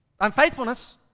unfaithfulness